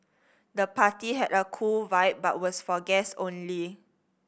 the party had a cool vibe but was for guest only